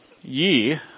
ye